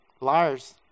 Liars